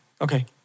Okay